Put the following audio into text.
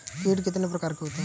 कीट कितने प्रकार के होते हैं?